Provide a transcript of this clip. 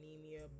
anemia